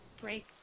break